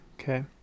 Okay